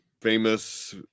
famous